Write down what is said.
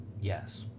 Yes